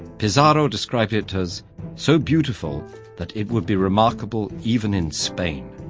pizarro described it as so beautiful that it would be remarkable even in spain.